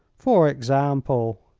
for example,